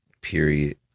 period